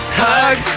hug